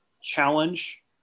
challenge